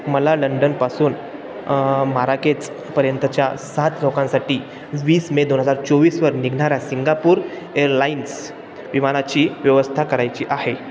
मला लंडनपासून माराकेजपर्यंतच्या सात लोकांसाठी वीस मे दोन हजार चोवीसवर निघणाऱ्या सिंगापूर एअरलाइन्स विमानाची व्यवस्था करायची आहे